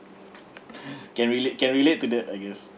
can relate can relate to that I guess